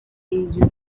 angel